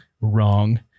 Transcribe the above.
wrong